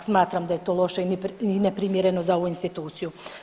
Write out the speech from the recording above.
Smatram da je to loše i neprimjereno za ovu instituciju.